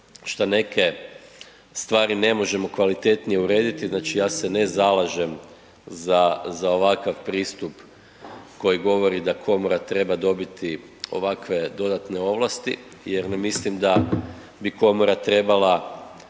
šta neke stvari ne možemo kvalitetnije urediti, znači ja se ne zalažem za ovakav pristup koji govori da komora treba dobiti ovakve dodatne ovlasti jer ne mislim da bi komora trebala